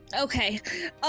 Okay